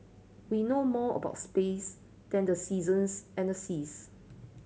we know more about space than the seasons and the seas